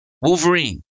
Wolverine